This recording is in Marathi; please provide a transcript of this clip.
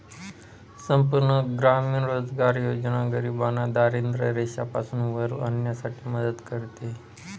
संपूर्ण ग्रामीण रोजगार योजना गरिबांना दारिद्ररेषेपासून वर आणण्यासाठी मदत करते